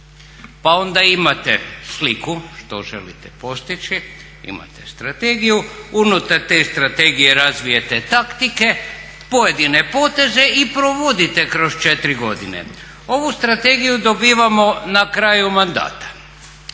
Pa onda imate sliku što želite postići, imate strategiju, unutar te strategije razvijete taktike, pojedine poteze i provodite kroz četiri godine. Ovu strategiju dobivamo na kraju mandata.